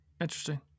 Interesting